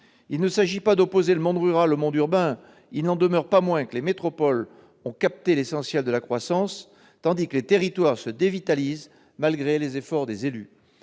Il ne s'agit pas d'opposer le monde rural au monde urbain, mais il n'en demeure pas moins que les métropoles ont capté l'essentiel de la croissance, tandis que des territoires se dévitalisent, malgré les efforts des élus.